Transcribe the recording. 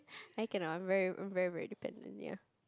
I cannot I'm very I'm very very dependent ya